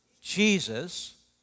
Jesus